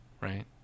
right